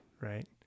right